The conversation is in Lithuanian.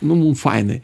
nu mum fainai